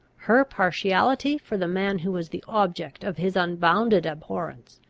her partiality for the man who was the object of his unbounded abhorrence,